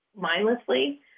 Mindlessly